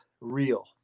real